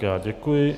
Já děkuji.